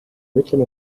ütlema